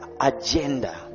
agenda